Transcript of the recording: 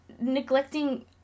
neglecting